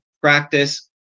practice